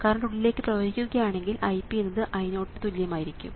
current ഉള്ളിലേക്ക് പ്രവഹിക്കുകയാണെങ്കിൽ Ip എന്നത് I0 ന് തുല്യമായിരിക്കും